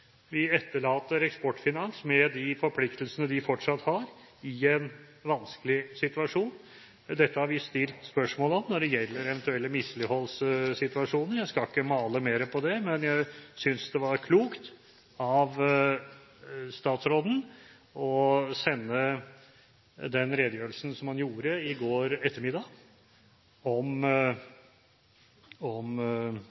Vi etterlater Eksportfinans, med de forpliktelsene de fortsatt har, i en vanskelig situasjon. Dette har vi stilt spørsmål om når det gjelder eventuelle misligholdssituasjoner. Jeg skal ikke male mer på det, men jeg syntes det var klokt av statsråden å sende redegjørelsen, som han gjorde i går ettermiddag, om